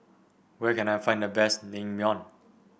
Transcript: where can I find the best Naengmyeon